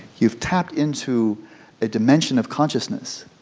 you've tapped into a dimension of consciousness